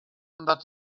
that